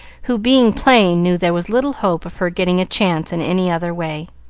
who, being plain, knew there was little hope of her getting a chance in any other way.